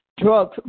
drug